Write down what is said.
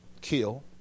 kill